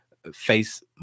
face